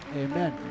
amen